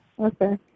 Okay